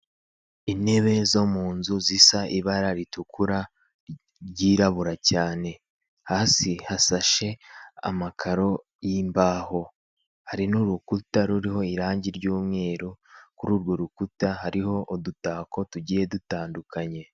Intebe zo mu nzu zisa ibara ritukura ryirabura cyane. Hasi hasashe amakaro y'imbaho hari n'urukuta ruriho irangi ry'umweru kuri urwo rukuta hariho udutako tugiye dutandukanye.